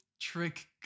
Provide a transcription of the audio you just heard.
trick